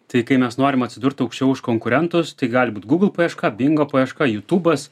tai kai mes norim atsidurt aukščiau už konkurentus tai gali būt google paieška bingo paieška jutubas